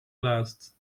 blaast